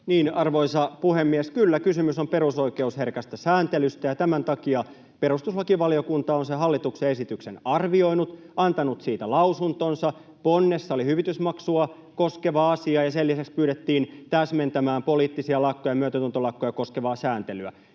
Arvoisa puhemies! Kyllä, kysymys on perusoikeusherkästä sääntelystä. Tämän takia perustuslakivaliokunta on sen hallituksen esityksen arvioinut ja antanut siitä lausuntonsa. Ponnessa oli hyvitysmaksua koskeva asia, ja sen lisäksi pyydettiin täsmentämään poliittisia lakkoja ja myötätuntolakkoja koskevaa sääntelyä.